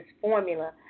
formula